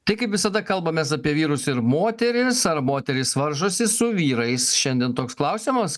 tai kaip visada kalbamės apie vyrus ir moteris ar moterys varžosi su vyrais šiandien toks klausimas